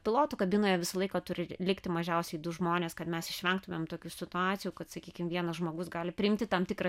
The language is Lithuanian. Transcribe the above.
pilotų kabinoje visą laiką turi likti mažiausiai du žmonės kad mes išvengtumėm tokių situacijų kad sakykim vienas žmogus gali priimti tam tikrą